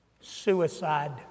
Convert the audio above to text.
Suicide